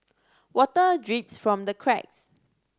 water drips from the cracks